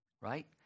right